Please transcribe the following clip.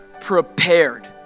prepared